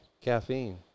caffeine